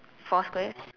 four square